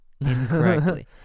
incorrectly